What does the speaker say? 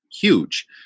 huge